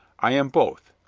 i am both.